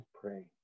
pray